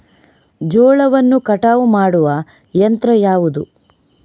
ಜೋಳವನ್ನು ಕಟಾವು ಮಾಡುವ ಯಂತ್ರ ಯಾವುದು?